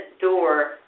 door